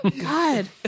God